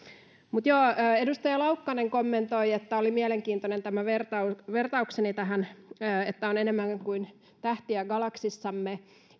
edustaja laukkanen kommentoi että oli mielenkiintoinen tämä vertaukseni vertaukseni että mikromuovia on enemmän kuin kuin tähtiä galaksissamme